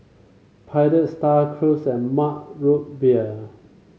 Pilot Star Cruise and Mug Root Beer